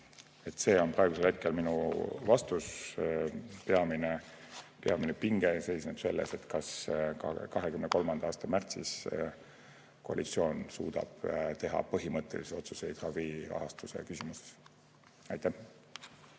See on praegu minu vastus. Peamine pinge seisneb selles, kas 2023. aasta märtsis suudab koalitsioon teha põhimõttelisi otsuseid ravirahastuse küsimuses. Aitäh!